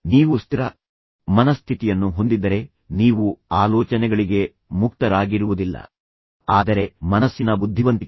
ನೀವು ಸ್ಥಿರ ಮನಸ್ಥಿತಿಯನ್ನು ಹೊಂದಿದ್ದರೆ ನೀವು ಆಲೋಚನೆಗಳಿಗೆ ಮುಕ್ತರಾಗಿರುವುದಿಲ್ಲ ನೀವು ಸಹ ಈ ರೀತಿಯ ಕೋರ್ಸ್ಗೆ ಮುಕ್ತರಾಗಿರುವುದಿಲ್ಲ